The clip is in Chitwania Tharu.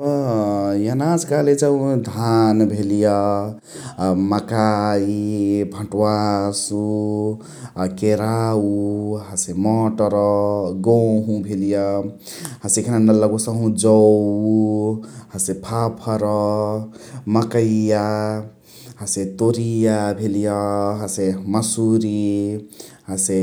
अ एनाज कहले जौ धान भेलिय, अ मकाइ, भटवासु, अ केराउ, हसे मटर, हसे गोहु भेलिय । हसे एखना लगोसहु जौ, हसे फाफर्, मकैया हसे तोरिया भेलिय । हसे मसुरी हसे